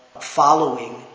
following